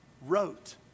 wrote